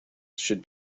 should